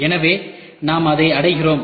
எனவே நாம் அதை அடைகிறோம்